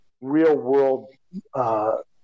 real-world